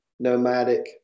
Nomadic